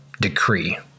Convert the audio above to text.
decree